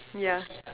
yeah